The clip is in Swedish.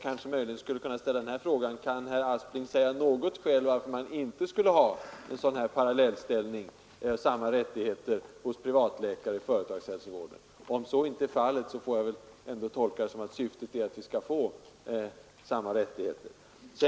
Men jag vill ändå ställa den här frågan: Kan herr Aspling ange något skäl till att man inte skulle kunna ha sådan parallellställning, dvs. samma rättigheter för patienterna även hos privatläkare och i företagshälsovården? Om så inte är fallet får jag väl tolka svaret på det sättet, att syftet är att det skall bli samma rättigheter.